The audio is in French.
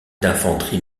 d’infanterie